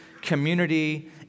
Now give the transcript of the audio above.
community